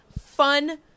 Fun